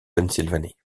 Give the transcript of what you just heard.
pennsylvanie